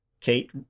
Kate